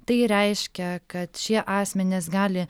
tai reiškia kad šie asmenys gali